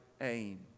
aim